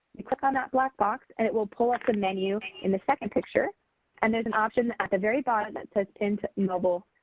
you click on that black box and it will pull up the menu in the second picture and there is an option at the bottom that says pin to mobile.